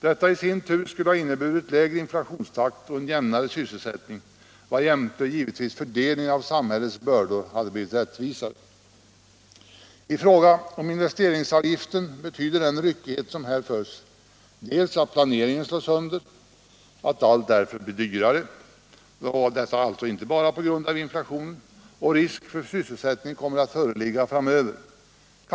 Detta i sin tur skulle ha inneburit lägre inflationstakt och en jämnare sysselsättning varjämte givetvis fördelningen av samhällets bördor hade blivit rättvisare. I fråga om investeringsavgiften betyder den ryckighet som här förs att planeringen slås sönder, att allt därför blir dyrare — alltså inte bara på grund av inflationen — och att risk för sysselsättningen kommer att föreligga framöver.